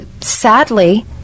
sadly